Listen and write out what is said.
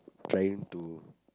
trying to